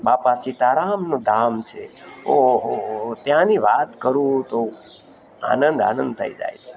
બાપા સીતારામનું ધામ છે ઓહોહોહો ત્યાંની વાત કરું તો આનંદ આનંદ થઈ જાય છે